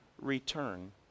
return